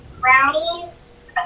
brownies